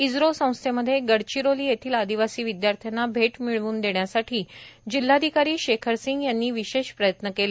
इस्त्रो संस्थेमध्ये गडचिरोली येथील आदिवासी विदयार्थ्यांना भेट मिळवून देण्यासाठी जिल्हाधिकारी शेखर सिंह यांनी विशेष प्रयत्न केले